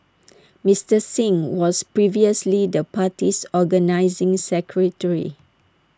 Mister Singh was previously the party's organising secretary